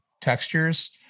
textures